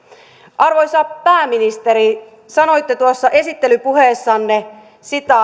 arvoisa pääministeri sanoitte tuossa esittelypuheessanne